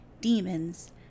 demons